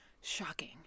Shocking